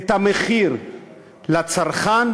את המחיר לצרכן,